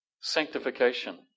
sanctification